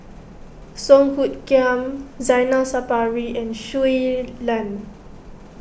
Song Hoot Kiam Zainal Sapari and Shui Lan